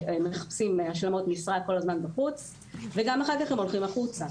הם מחפשים השלמות משרה כל הזמן בחוץ וגם אחר כך הם הולכים החוצה.